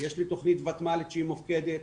יש לי תכנית ותמ"לית שהיא מופקדת,